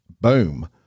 boom